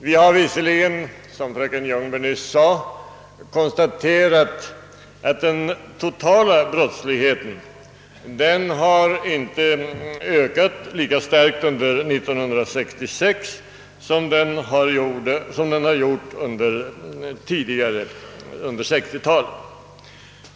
Vi har visserligen, som fröken Ljungberg nyss sade, konstaterat att den totala brottsligheten under år 1966 inte har ökat lika starkt som tidigare under 1960 talet.